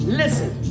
listen